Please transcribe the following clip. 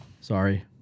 Sorry